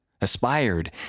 aspired